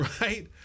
right